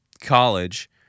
college